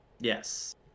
Yes